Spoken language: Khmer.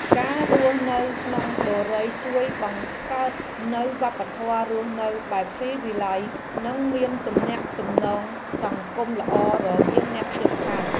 ការរស់នៅក្នុងបុរីជួយបង្កើតនូវវប្បធម៌រស់នៅបែបស៊ីវិល័យនិងមានទំនាក់ទំនងសង្គមល្អរវាងអ្នកជិតខាង។